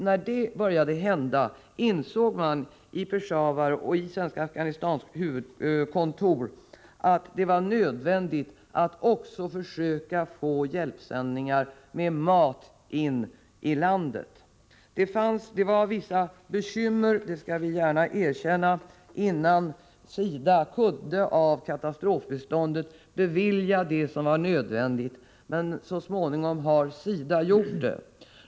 När det började hända insåg man på Svenska Afghanistankommitténs huvudkontor i Peshawar att det var nödvändigt att också försöka få hjälpsändningar med mat in i landet. Vi skall gärna erkänna att det var vissa bekymmer innan SIDA kurde av katastrofbiståndet bevilja de medel som var nödvändiga. Men så småningom har SIDA kunnat göra det.